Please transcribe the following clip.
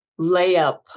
layup